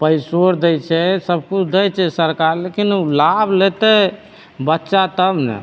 पैसो आर दै छै सब किछु दै छै सरकार लेकिन लाभ लेतै बच्चा तब ने